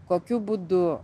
kokiu būdu